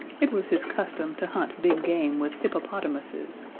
it was his custom to hunt big game with hippopotamuses,